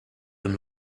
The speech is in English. them